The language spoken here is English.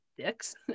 dicks